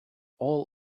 all